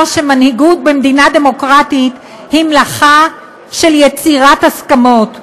שמנהיגות במדינה דמוקרטית היא מלאכה של יצירת הסכמות,